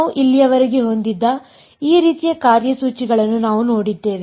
ನಾವು ಇಲ್ಲಿಯವರೆಗೆ ಹೊಂದಿದ್ದ ಈ ರೀತಿಯ ಕಾರ್ಯಸೂಚಿಗಳನ್ನು ನಾವು ನೋಡಿದ್ದೇವೆ